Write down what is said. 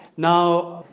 now,